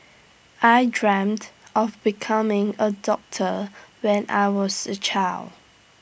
I dreamt of becoming A doctor when I was A child